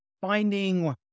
finding